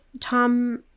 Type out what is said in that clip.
Tom